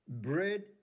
Bread